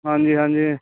ਹਾਂਜੀ ਹਾਂਜੀ